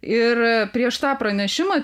ir prieš tą pranešimą